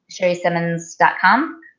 sherrysimmons.com